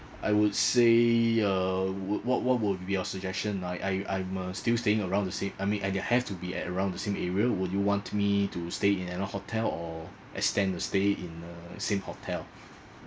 I would say uh what what would be your suggestion I I I'm uh still staying around the same I mean I'd have to be at around the same area would you want me to stay in another hotel or extend the stay in uh same hotel